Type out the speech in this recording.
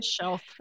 shelf